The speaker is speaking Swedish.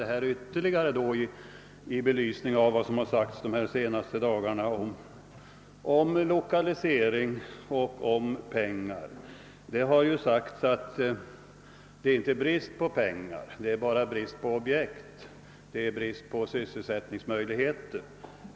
Jag vill ytterligare ställa frågan i belysning av vad som de senaste dagarna sagts om lokalisering och om pengar. Det har ju framhållits att det inte råder brist på pengar utan bara brist på objekt, på <sysselsättningsmöjligheter.